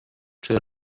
czy